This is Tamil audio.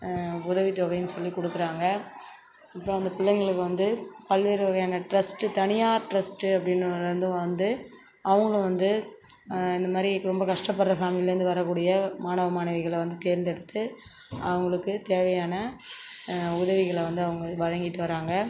உதவி தொகைனு சொல்லிக் கொடுக்கறாங்க அப்புறம் அந்த பிள்ளைங்களுக்கு வந்து பல்வேறு வகையான ட்ரஸ்ட் தனியார் ட்ரஸ்ட் அப்படினுலேந்து வந்து அவங்க வந்து இந்த மாதிரி ரொம்ப கஷ்டப்படுற ஃபேமிலிலேருந்து வரக்கூடிய மாணவ மாணவிகளை வந்து தேர்ந்தெடுத்து அவர்களுக்கு தேவையான உதவிகளை வந்து அவங்க வழங்கிட்டு வராங்க